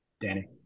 Danny